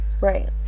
Right